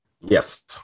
Yes